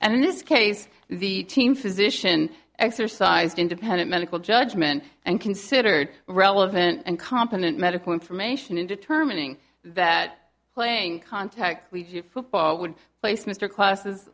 and in this case the team physician exercised independent medical judgment and considered relevant and competent medical information in determining that playing contact with the football would place mr classes